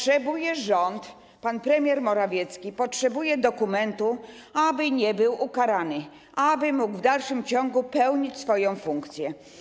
Rząd, pan premier Morawiecki potrzebuje dokumentu po to, aby nie został ukarany, aby mógł w dalszym ciągu pełnić swoją funkcję.